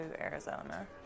Arizona